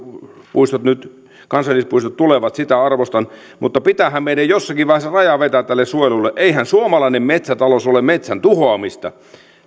kansallispuistot nyt tulevat sitä arvostan mutta pitäähän meidän jossakin vaiheessa raja vetää tälle suojelulle eihän suomalainen metsätalous ole metsän tuhoamista